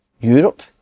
Europe